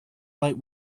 light